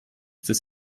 des